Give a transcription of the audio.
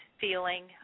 feeling